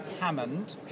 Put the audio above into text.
Hammond